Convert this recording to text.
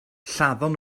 lladdon